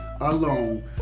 alone